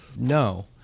No